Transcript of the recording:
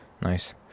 Nice